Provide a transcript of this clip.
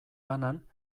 banan